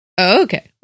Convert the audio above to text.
Okay